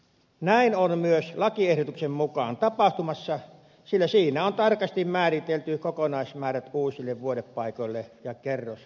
näin on myös lakiehdotuksen mukaan tapahtumassa sillä siinä on tarkasti määritelty kokonaismäärät uusille vuodepaikoille ja kerrosneliömäärille